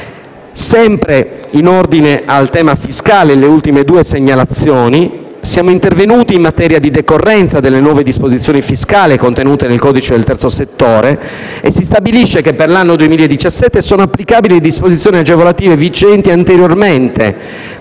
Sempre in ordine al tema fiscale, faccio le ultime due segnalazioni. Siamo intervenuti in materia di decorrenza delle nuove disposizioni fiscali contenute nel codice del terzo settore, stabilendo che per l'anno 2017 sono applicabili disposizioni agevolative vigenti anteriormente,